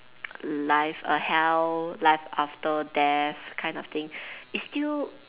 life err hell life after death kind of thing is still